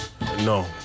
no